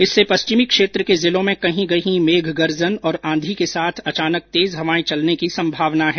इससे पश्चिमी क्षेत्र के जिलों में कहीं कहीं मेघ गर्जन और आंधी के साथ अचानक तेज हवाएं चलने की संभावना है